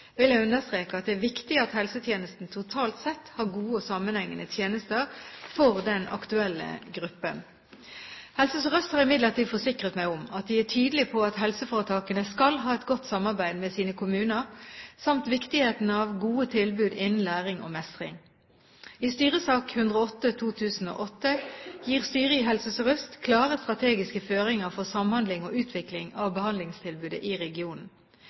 vil jeg understreke at det er viktig at helsetjenesten totalt sett har gode og sammenhengende tjenester for den aktuelle gruppen. Helse Sør-Øst har imidlertid forsikret meg om at de er tydelige på at helseforetakene skal ha et godt samarbeid med sine kommuner, samt viktigheten av gode tilbud innen læring og mestring. I styresak 108/2008 gir styret i Helse Sør-Øst klare strategiske føringer for samhandling og utvikling av behandlingstilbudet i regionen.